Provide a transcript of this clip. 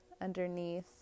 underneath